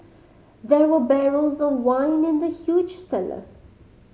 there were barrels of wine in the huge cellar